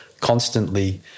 constantly